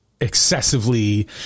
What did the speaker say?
excessively